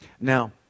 Now